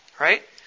Right